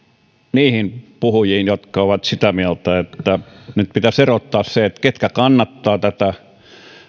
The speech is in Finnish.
niihin puhujiin jotka ovat sitä mieltä että nyt pitäisi erottaa se ketkä kannattavat tätä